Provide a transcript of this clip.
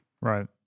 right